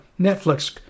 Netflix